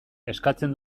eskatzen